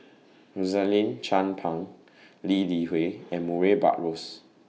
Rosaline Chan Pang Lee Li Hui and Murray Buttrose